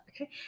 Okay